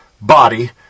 body